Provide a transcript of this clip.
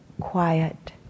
quiet